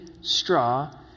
straw